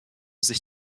sich